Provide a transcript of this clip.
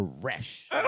fresh